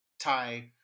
tie